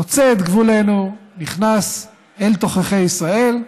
חוצה את גבולנו, נכנס אל תוככי ישראל,